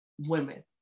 women